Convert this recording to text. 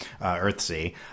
Earthsea